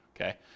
Okay